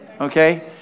Okay